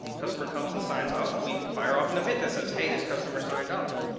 customer comes and signs off. we fire off an event that says, hey, this customer signed off,